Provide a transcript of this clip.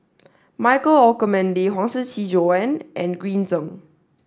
Michael Olcomendy Huang Shiqi Joan and Green Zeng